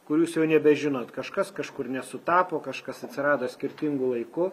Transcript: kur jūs jau nebežinot kažkas kažkur nesutapo kažkas atsirado skirtingu laiku